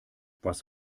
was